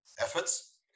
efforts